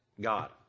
God